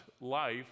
life